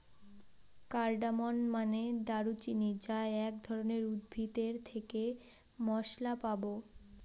cardamom মানে দারুচিনি যা এক ধরনের উদ্ভিদ এর থেকে মসলা পাবো